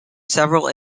several